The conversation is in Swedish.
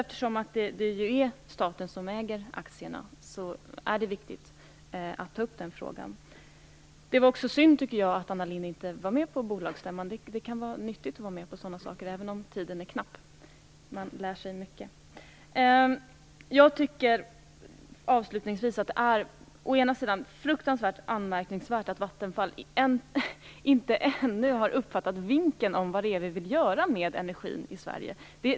Eftersom det är staten som äger aktierna är det viktigt att ta upp frågan. Det var synd att miljöministern inte var med på bolagsstämman. Det kan vara nyttigt att vara med på sådana saker, även om tiden är knapp. Man lär sig mycket. Jag tycker avslutningsvis att det å ena sidan är fruktansvärt anmärkningsvärt att Vattenfall ännu inte har uppfattat vinken om vad det är vi vill göra med energin i Sverige.